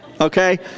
okay